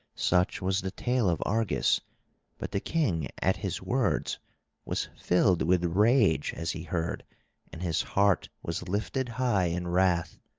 such was the tale of argus but the king at his words was filled with rage as he heard and his heart was lifted high in wrath.